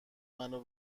منو